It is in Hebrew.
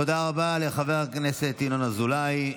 תודה רבה לחבר הכנסת ינון אזולאי.